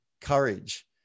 courage